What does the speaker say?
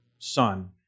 son